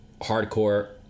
hardcore